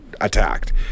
attacked